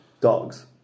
dogs